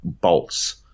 bolts